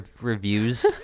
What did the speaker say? reviews